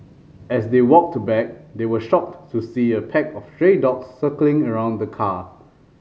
as they walked back they were shocked to see a pack of stray dogs circling around the car